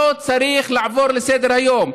לא צריך לעבור על זה לסדר-היום.